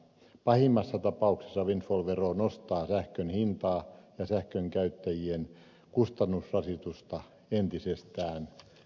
pahimmassa tapauksessa windfall vero nostaa sähkön hintaa ja sähkön käyttäjien kustannusrasitusta entisestään